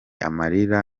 amarira